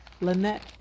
lynette